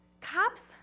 cops